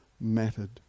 mattered